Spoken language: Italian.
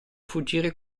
fuggire